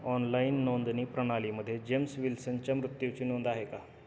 online नोंदणी प्रणालीमध्ये James विल्सनच्या मृत्यूची नोंद आहे का